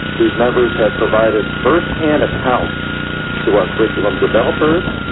whose members have provided first-hand accounts to our curriculum developers,